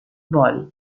vol